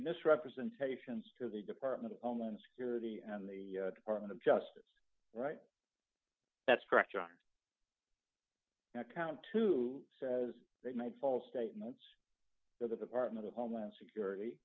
misrepresentations to the department of homeland security and the department of justice right that's correct on count two says they made false statements to the department of homeland security